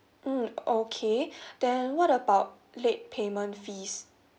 mmhmm okay then what about late payment fees